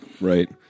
Right